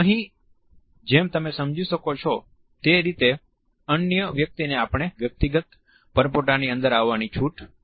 અહીં જેમ તમે સમજી શકો છો તે રીતે અન્ય વ્યક્તિને આપણા વ્યક્તિગત પરપોટાની અંદર આવવાની છૂટ હોય છે